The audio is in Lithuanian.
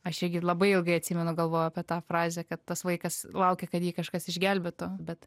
aš irgi labai ilgai atsimenu galvojau apie tą frazę kad tas vaikas laukia kad jį kažkas išgelbėtų bet